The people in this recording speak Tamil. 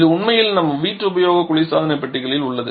இது உண்மையில் நம் வீட்டுபயோக குளிர்சாதன பெட்டிகளில் உள்ளது